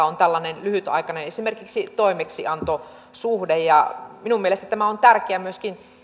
on tällainen lyhytaikainen esimerkiksi toimeksiantosuhde ja minun mielestäni tämä on tärkeä myöskin